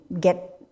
get